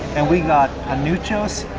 and we got ah panuchos,